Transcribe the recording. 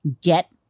get